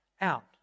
out